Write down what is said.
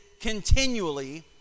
continually